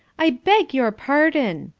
i beg your pardon,